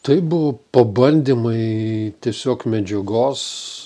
tai buvo pabandymai tiesiog medžiagos